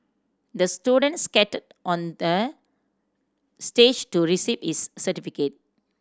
the student skated on the stage to receive his certificate